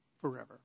forever